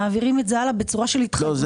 מעבירים את זה הלאה בצורה של התחייבויות,